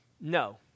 No